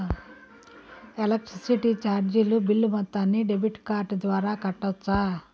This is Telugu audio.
ఎలక్ట్రిసిటీ చార్జీలు బిల్ మొత్తాన్ని డెబిట్ కార్డు ద్వారా కట్టొచ్చా?